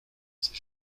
c’est